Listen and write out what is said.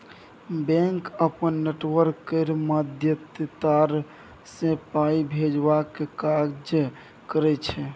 bank अपन network केर माध्यमे तार सँ पाइ भेजबाक काज करय छै